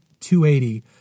280